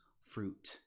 fruit